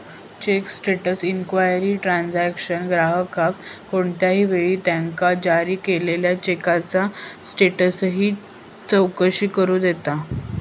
check status inquiry transaction ग्राहकाक कोणत्याही वेळी त्यांका जारी केलेल्यो चेकचा स्टेटसची चौकशी करू देता